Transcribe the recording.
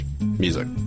music